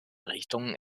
richtung